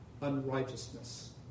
unrighteousness